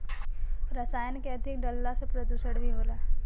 रसायन के अधिक डलला से प्रदुषण भी होला